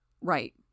Right